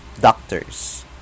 doctors